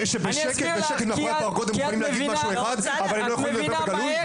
כי את מבינה מהר,